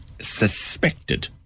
suspected